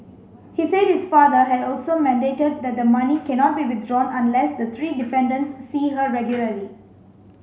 he said his father had also mandated that the money cannot be withdrawn unless the three defendants see her regularly